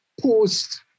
post